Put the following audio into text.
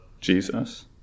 Jesus